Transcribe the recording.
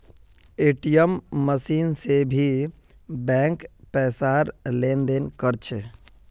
ATM machine से भी bank पैसार लेन देन कर छे